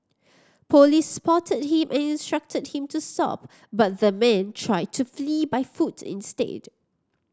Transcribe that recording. police spotted him and instructed him to stop but the man tried to flee by foot instead